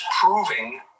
proving